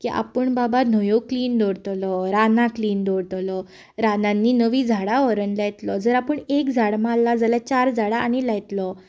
की आपूण बाबा न्हंयो क्लीन दवरतलो रानां क्लीन दवरतलों रानांनी नवीं झाडां व्हरून लायतलो जर आपूण एक झाड मारलां जाल्यार चार झाडां आनी लायतलो